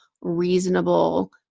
reasonable